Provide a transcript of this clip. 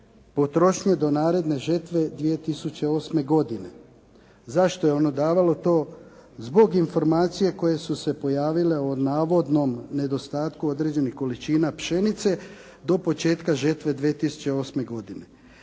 potrošnje do naredne žetve 2008. godine. Zašto je ono davalo to? Zbog informacije koje su se pojavile o navodnom nedostatku određenih količina pšenice do početka žetve 2008. godine.